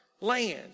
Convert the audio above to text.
land